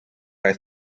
aeth